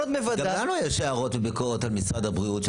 גם לנו יש הערות וביקורת על משרד הבריאות,